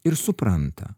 ir supranta